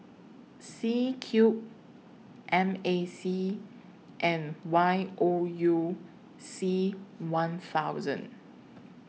C Cube M A C and Y O U C one thousand